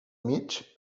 mig